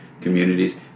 communities